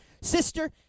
Sister